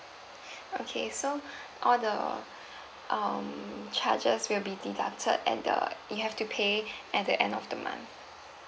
okay so all the um charges will be deducted and the you have to pay at the end of the month